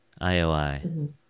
IOI